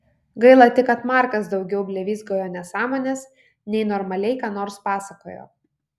gaila tik kad markas daugiau blevyzgojo nesąmones nei normaliai ką nors pasakojo